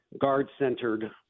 guard-centered